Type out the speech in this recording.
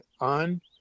on